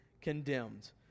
condemned